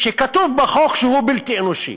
שכתוב בחוק שהוא בלתי אנושי,